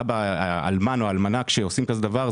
האלמן או האלמנה שעושים כזה דבר,